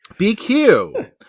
BQ